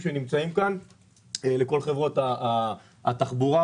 איך אפשר משני יורו להפוך לארבע שקל ליטר סולר?